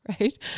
right